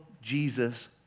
Jesus